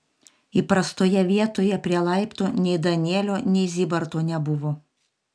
įprastoje vietoje prie laiptų nei danielio nei zybarto nebuvo